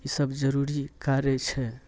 ई सब जरुरी कार्य छै